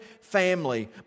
family